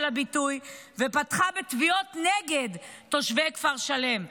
הביטול ופתחה בתביעות נגד תושבי כפר שלם.